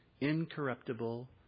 incorruptible